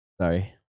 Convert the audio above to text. Sorry